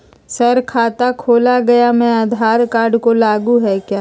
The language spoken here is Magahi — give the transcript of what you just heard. सर खाता खोला गया मैं आधार कार्ड को लागू है हां?